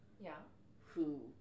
yeah—who